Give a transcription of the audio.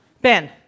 Ben